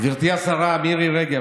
גברתי השרה מירי רגב,